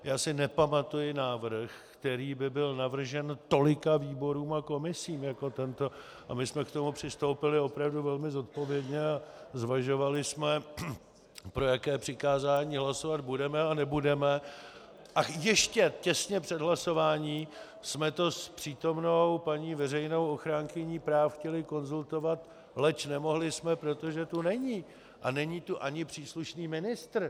Já si nepamatuji návrh, který by byl navržen tolika výborům a komisím jako tento, a my jsme k tomu přistoupili opravdu velmi zodpovědně a zvažovali jsme, pro jaké přikázání hlasovat budeme a nebudeme, a ještě těsně před hlasováním jsme to s přítomnou paní veřejnou ochránkyní práv chtěli konzultovat, leč nemohli jsme, protože tu není a není tu ani příslušný ministr.